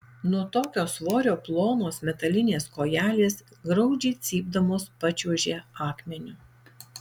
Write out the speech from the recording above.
nuo tokio svorio plonos metalinės kojelės graudžiai cypdamos pačiuožė akmeniu